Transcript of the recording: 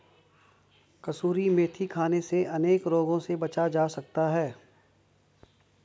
कसूरी मेथी खाने से अनेक रोगों से बचा जा सकता है